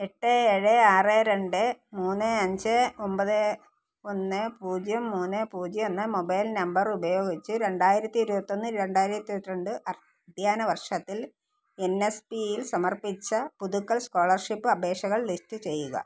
എട്ട് ഏഴ് ആറ് രണ്ട് മൂന്ന് അഞ്ച് ഒമ്പത് ഒന്ന് പൂജ്യം മൂന്ന് പൂജ്യം എന്ന മൊബൈൽ നമ്പർ ഉപയോഗിച്ച് രണ്ടായിരത്തി ഇരുപത്തൊന്ന് രണ്ടായിരത്തി ഇരുപത്തിരണ്ട് അധ്യയന വർഷത്തിൽ എൻ എസ് പിയിൽ സമർപ്പിച്ച പുതുക്കൽ സ്കോളർഷിപ്പ് അപേക്ഷകൾ ലിസ്റ്റ് ചെയ്യുക